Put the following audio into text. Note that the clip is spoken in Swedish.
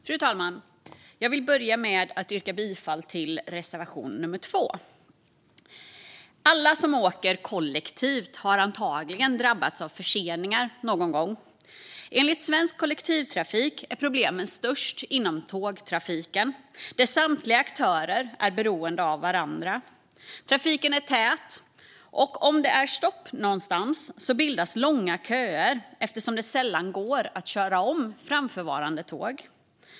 Fru talman! Jag vill börja med att yrka bifall till reservation nummer 2. Alla som åker kollektivt har antagligen drabbats av förseningar någon gång. Enligt Svensk Kollektivtrafik är problemen störst inom tågtrafiken, där samtliga aktörer är beroende av varandra. Trafiken är tät, och om det är stopp någonstans bildas långa köer eftersom det sällan går att köra om framförvarande tåg.